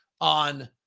on